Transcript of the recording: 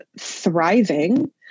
thriving